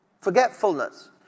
Forgetfulness